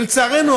לצערנו,